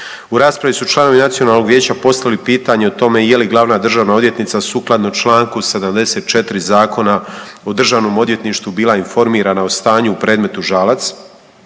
U raspravi su članovi Nacionalnog vijeća postavili pitanje o tome je li Glavna državna odvjetnica sukladno čl. 74 Zakona o Državnom odvjetništvu bila informirana o stanju u predmetu Žalac.